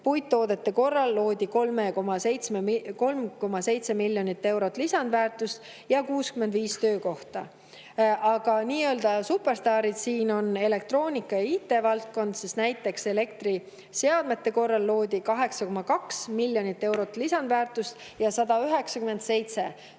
puittoodete puhul loodi 3,7 miljonit eurot lisandväärtust ja 65 töökohta. Aga nii-öelda superstaarid siin on elektroonika ja IT-valdkond, sest näiteks elektriseadmed võimaldasid luua 8,2 miljonit eurot lisandväärtust ja 197 töökohta